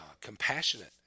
compassionate